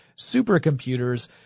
supercomputers